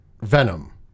Venom